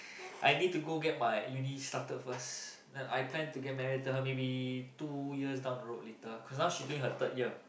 I need to go get my uni started first then I plan to get married to her maybe two years down the road later cause now she doing her third year